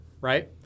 right